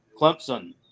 Clemson